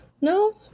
No